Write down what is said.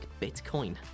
Bitcoin